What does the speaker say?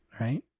right